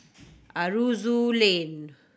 Aroozoo Lane